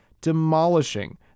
demolishing